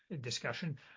discussion